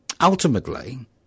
ultimately